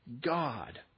God